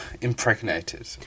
impregnated